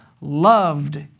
loved